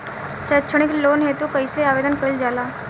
सैक्षणिक लोन हेतु कइसे आवेदन कइल जाला?